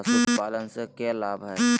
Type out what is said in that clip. पशुपालन से के लाभ हय?